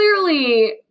clearly